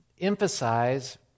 emphasize